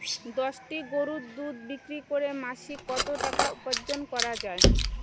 দশটি গরুর দুধ বিক্রি করে মাসিক কত টাকা উপার্জন করা য়ায়?